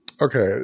Okay